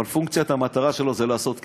אבל פונקציית המטרה שלו זה לעשות כסף.